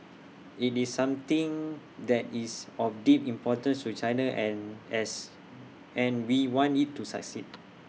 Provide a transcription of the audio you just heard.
IT is something that is of deep importance to China and as and we want IT to succeed